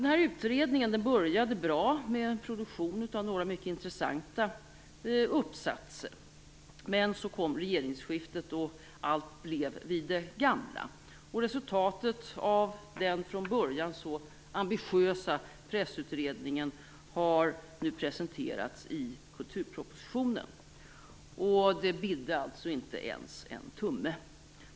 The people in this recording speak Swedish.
Utredningen började bra med produktion av några mycket intressanta uppsatser, men så kom regeringsskiftet, och allt blev vid det gamla. Resultatet av den från början så ambitiösa Pressutredningen har nu presenterats i kulturpropositionen, och det bidde alltså inte ens en tumme.